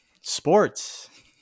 sports